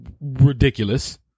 Ridiculous